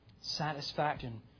satisfaction